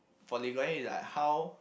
for Lee Kuan Yew is like how